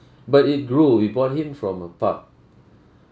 but it grew we bought him from a pup